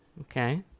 Okay